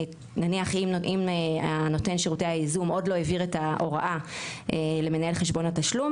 נניח אם נותן שירותי הייזום עוד לא העביר את ההוראה למנהל חשבון התשלום